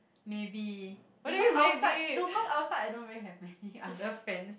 maybe because outside no cause outside I don't really have many other friends